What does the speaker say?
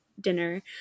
dinner